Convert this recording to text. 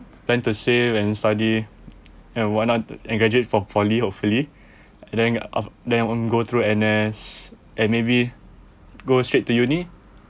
plan to save and study and whatnot and graduate from poly hopefully and then after then won't go through N_S and maybe go straight to uni